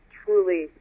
truly